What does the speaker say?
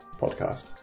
podcast